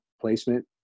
placement